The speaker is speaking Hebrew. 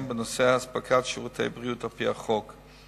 בנושא מתן שירותי בריאות על-פי החוק.